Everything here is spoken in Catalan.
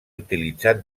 utilitzat